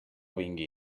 vinga